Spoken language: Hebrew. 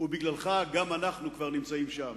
ובגללך גם אנחנו כבר נמצאים שם.